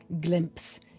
glimpse